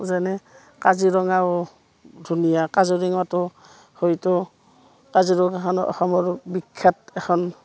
যেনে কাজিৰঙাও ধুনীয়া কাজিৰঙটো হয়তো কাজিৰঙাখনো অসমৰ বিখ্যাত এখন